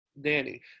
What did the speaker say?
Danny